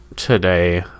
Today